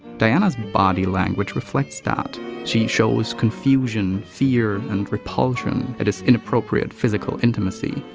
diana's body language reflects that she shows confusion, fear and repulsion at his inappropriate physical intimacy.